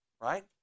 right